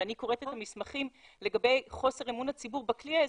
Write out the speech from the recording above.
ואני קוראת את המסמכים לגבי חוסר אמון הציבור בכלי האזרחי,